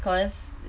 cause